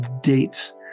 dates